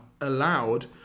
allowed